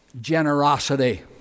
Generosity